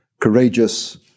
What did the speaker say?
courageous